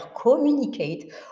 communicate